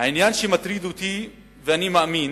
העניין שמטריד אותי, ואני מאמין